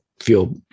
feel